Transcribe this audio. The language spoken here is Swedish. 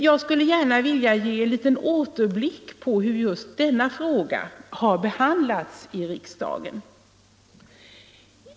Jag skulle gärna vilja ge en liten återblick på hur denna fråga har behandlats i riksdagen.